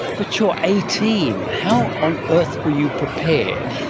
but you're eighteen! how on earth were you prepared?